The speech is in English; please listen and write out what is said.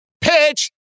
pitch